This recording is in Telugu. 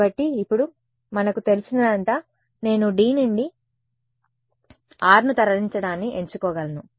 కాబట్టి ఇప్పుడు మనకు తెలిసినదంతా నేను D నుండి r ను తరలించడాన్ని ఎంచుకోగలను